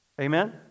Amen